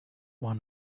one